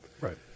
right